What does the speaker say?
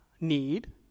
need